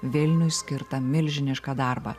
vilniui skirtą milžinišką darbą